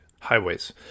highways